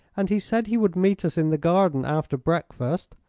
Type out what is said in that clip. and he said he would meet us in the garden after breakfast.